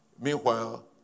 Meanwhile